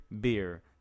beer